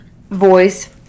voice